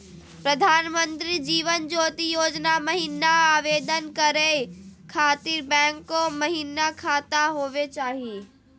प्रधानमंत्री जीवन ज्योति योजना महिना आवेदन करै खातिर बैंको महिना खाता होवे चाही?